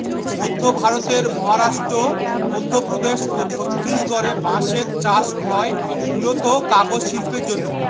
মধ্য ভারতের মহারাষ্ট্র, মধ্যপ্রদেশ ও ছত্তিশগড়ে বাঁশের চাষ হয় মূলতঃ কাগজ শিল্পের জন্যে